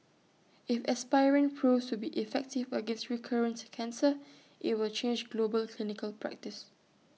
if aspirin proves to be effective against recurrent cancer IT will change global clinical practice